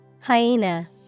Hyena